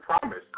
promise